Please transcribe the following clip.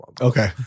Okay